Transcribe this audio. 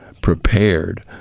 prepared